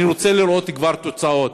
אני רוצה לראות כבר תוצאות,